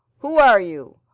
who are you?